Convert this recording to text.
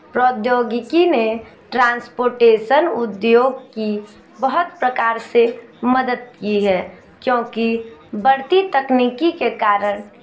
प्रौद्योगिकी ने ट्रांसपोर्टेसन उद्योग की बहुत प्रकार से मदद की है क्योंकि बढ़ती तकनीकी के कारण